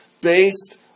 based